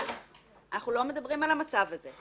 אבל אנחנו לא מדברים על המצב הזה.